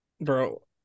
Bro